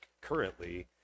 currently